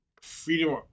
freedom